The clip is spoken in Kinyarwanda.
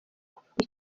kuvugwa